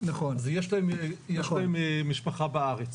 יש להם משפחה בארץ,